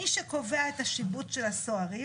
מי שקובע את השיבוץ של הסוהרים